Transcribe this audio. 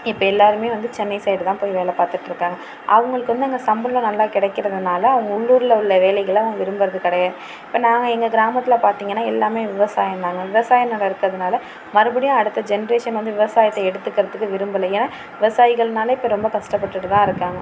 இப்போ எல்லாருமே வந்து சென்னை சைடு தான் போய் வேலை பார்த்துட்ருக்காங்க அவங்களுக்கு வந்து அங்கே சம்பளம் நல்லா கிடைக்கிறதுனால அவங்க உள்ளூரில் உள்ள வேலைகளை அவங் விரும்பறது கிடையா இப்போ நாங்கள் எங்கள் கிராமத்தில் பார்த்திங்கனா எல்லாமே விவசாயந்தாங்க விவசாய நிலோம் இருக்கிறதுனால மறுபடியும் அடுத்த ஜென்ரேஷன் வந்து விவசாயத்தை எடுத்துக்கறத்துக்கு விரும்பல ஏன்னா விவசாயிகள்னாலே இப்போ ரொம்ப கஷ்டப்பட்டுட்டு தான் இருக்காங்க